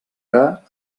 ara